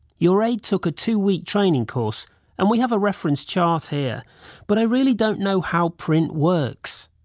your aide took a two-week training course and we have a reference chart here but i really don't know how print works.